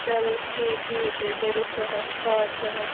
چلو ٹھیٖک دِیِو تیٚلہِ کٔرِو شےٚ ہَتھ ساڑ شےٚ ہَتھ